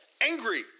angry